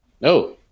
No